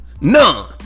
None